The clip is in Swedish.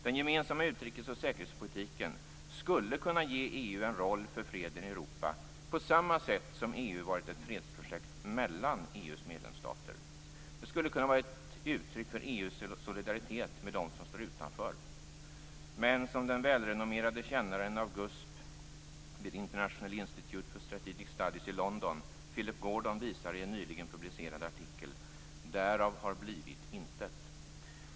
Den gemensamma utrikes och säkerhetspolitiken skulle kunna ge EU en roll för freden i Europa, på samma sätt som EU varit ett fredsprojekt mellan EU:s medlemsstater. Den skulle kunna vara ett uttryck för EU:s solidaritet med dem som står utanför. Men, som den välrenommerade kännaren av GUSP vid International Institute for Strategic Studies i London Philip Gordon visar i en nyligen publicerad artikel, därav har blivit intet.